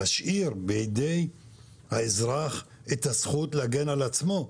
להשאיר בידי האזרח את הזכות להגן על עצמו,